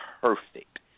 perfect